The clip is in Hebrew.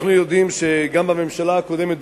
אנחנו יודעים שגם בממשלה הקודמת,